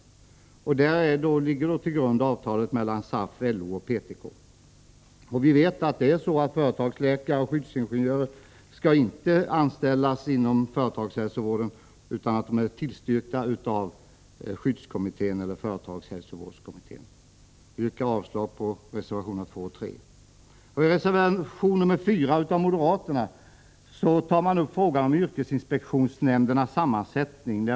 Där ligger avtalet mellan SAF, LO och PTK till grund. Och vi vet att företagsläkare och skyddsingenjörer inte skall anställas inom företagshälsovården utan att skyddskommittén eller företagshälsovårdskommittén har tillstyrkt. Jag yrkar avslag på reservationerna 2 och 3. I reservation 4 av moderaterna tar man upp frågan om yrkesinspektionsnämndernas sammansättning.